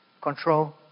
Control